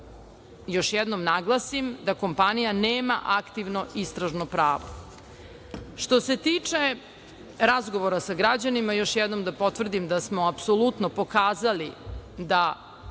još jednom naglasim da kompanija nema aktivno istražno pravo. Što se tiče razgovora sa građanima, još jednom da potvrdim da smo apsolutno pokazali da